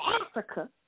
Africa